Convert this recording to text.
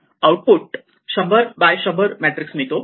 output 100 by 100 matrix मिळतो